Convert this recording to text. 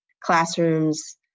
classrooms